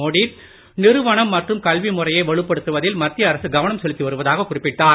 மோடி நிறுவனம் மற்றும் கல்வி முறையை வலுப்படுத்துவதில் மத்திய அரசு கவனம் செலுத்தி வருவதாக குறிப்பிட்டார்